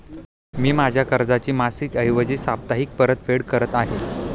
मी माझ्या कर्जाची मासिक ऐवजी साप्ताहिक परतफेड करत आहे